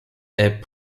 est